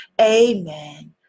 amen